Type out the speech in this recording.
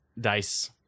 dice